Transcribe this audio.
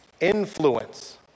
influence